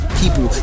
people